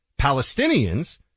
Palestinians